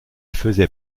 faisait